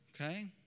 Okay